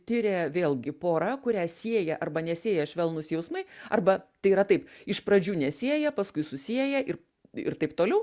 tiria vėlgi pora kurią sieja arba nesieja švelnūs jausmai arba tai yra taip iš pradžių nesieja paskui susieja ir ir taip toliau